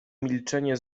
milczenie